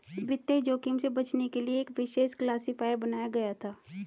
वित्तीय जोखिम से बचने के लिए एक विशेष क्लासिफ़ायर बनाया गया था